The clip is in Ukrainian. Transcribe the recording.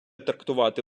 трактувати